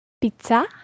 Pizza